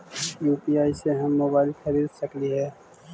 UPI से हम mobile खरिद सकलिऐ है